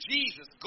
Jesus